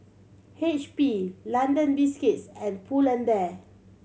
H P London Biscuits and Pull and Bear